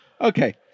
okay